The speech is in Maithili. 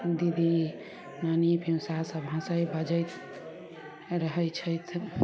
दीदी नानी पीसा सभ हँसय बजैत रहय छथि